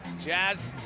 Jazz